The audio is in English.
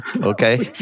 okay